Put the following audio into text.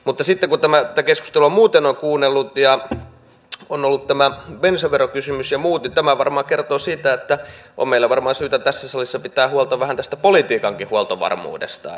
mutta sitten kun tätä keskustelua muuten on kuunnellut ja on ollut tämä bensaverokysymys ja muut niin tämä varmaan kertoo siitä että on meillä syytä tässä salissa pitää huolta vähän tästä politiikankin huoltovarmuudesta